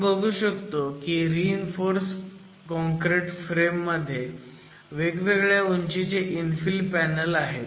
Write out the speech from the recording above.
आपण बघू शकतो की रीइन्फोर्स काँक्रीत फ्रेममध्ये वेगवेगळ्या उंचीचे इन्फिल पॅनल आहेत